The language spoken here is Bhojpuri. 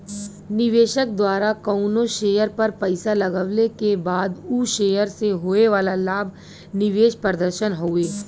निवेशक द्वारा कउनो शेयर पर पैसा लगवले क बाद उ शेयर से होये वाला लाभ निवेश प्रदर्शन हउवे